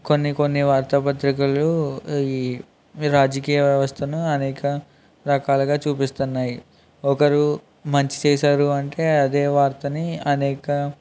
కొన్నికొన్ని వార్తాపత్రికలూ ఈ రాజకీయ వ్యవస్థనూ అనేక రకాలుగా చూపిస్తున్నాయి ఒకరు మంచి చేశారు అంటే అదే వార్తని అనేక